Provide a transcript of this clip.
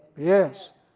yes.